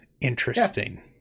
Interesting